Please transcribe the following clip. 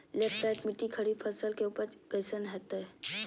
Laterite मिट्टी खरीफ फसल के उपज कईसन हतय?